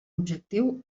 objectiu